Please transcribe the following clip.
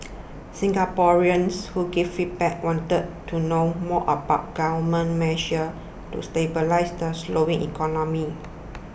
Singaporeans who gave feedback wanted to know more about Government measures to stabilise the slowing economy